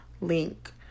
link